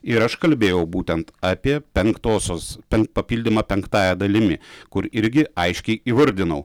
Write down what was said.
ir aš kalbėjau būtent apie penktosios pen papildymą penktąja dalimi kur irgi aiškiai įvardinau